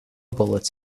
bullets